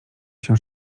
się